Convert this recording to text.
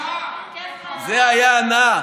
זה היה הנאה.